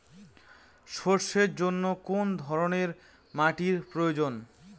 সরষের জন্য কোন ধরনের মাটির প্রয়োজন?